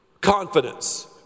confidence